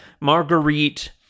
Marguerite